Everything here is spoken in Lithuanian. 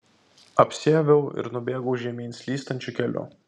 apsiaviau ir nubėgau žemyn slystančiu keliu